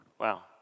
Wow